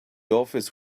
office